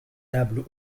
table